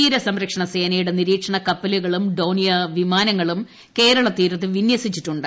തീരസംരക്ഷണ സേനയുടെ നിരീക്ഷണ കപ്പലുകളും ഡ്രോണിയർ വിമാനങ്ങളും കേരളതീരത്ത് വിന്യസിച്ചിട്ടുണ്ട്